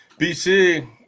BC